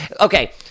okay